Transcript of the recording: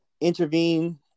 intervene